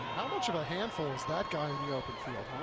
how much of a handful is that guy in the open field,